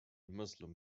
muslim